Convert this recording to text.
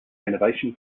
renovation